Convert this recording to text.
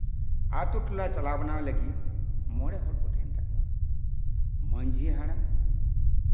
ᱟᱹᱛᱩ ᱴᱚᱞᱟ ᱪᱟᱞᱟᱣ ᱵᱟᱲᱟ ᱞᱟᱹᱜᱤᱫ ᱢᱚᱬᱮ ᱦᱚᱲ ᱠᱚ ᱛᱟᱦᱮᱱ ᱛᱟᱠᱚᱣᱟ ᱢᱟᱺᱡᱷᱤ ᱦᱟᱲᱟᱢ